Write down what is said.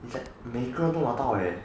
it's like 每个人都拿到 leh